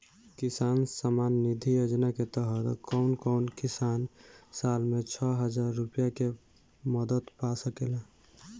किसान सम्मान निधि योजना के तहत कउन कउन किसान साल में छह हजार रूपया के मदद पा सकेला?